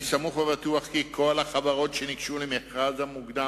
אני סמוך ובטוח כי כל החברות שניגשו למכרז המוקדם,